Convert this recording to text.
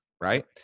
Right